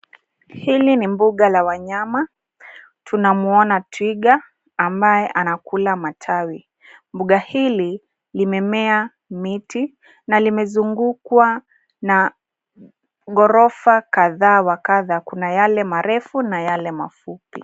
Hili ni mbuga la wanyama. Tunamuona twiga ambaye anakula matawi. Mbuga hili limemea miti na limezungukwa na ghorofa kadha wa kadha. Kuna yale marefu na yale mafupi.